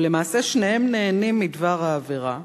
ולמעשה שניהם נהנים מדבר העבירה,